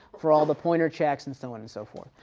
crawl the pointer checks, and so on ans so forth.